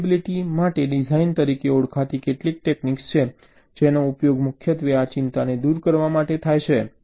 testability માટે design તરીકે ઓળખાતી કેટલીક ટેક્નિક્સ છે જેનો ઉપયોગ મુખ્યત્વે આ ચિંતાને દૂર કરવા માટે થાય છે